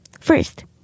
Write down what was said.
First